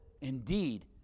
indeed